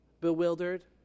bewildered